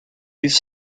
these